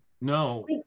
no